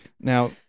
Now